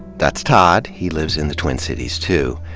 that's todd. he lives in the twin cities, too.